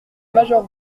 major